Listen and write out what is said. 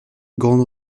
grande